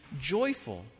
joyful